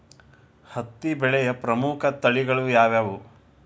ಹತ್ತಿ ಬೆಳೆಯ ಪ್ರಮುಖ ತಳಿಗಳು ಯಾವ್ಯಾವು?